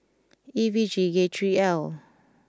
E V G K three L